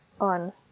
on